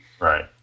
Right